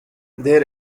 there